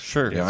Sure